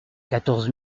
quatorze